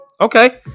okay